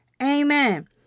Amen